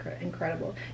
incredible